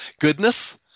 goodness